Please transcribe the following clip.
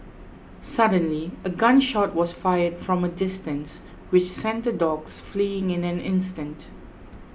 suddenly a gun shot was fired from a distance which sent the dogs fleeing in an instant